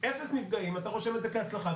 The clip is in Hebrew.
אפס נפגעים, אתה רושם את זה כהצלחה.